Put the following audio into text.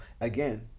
again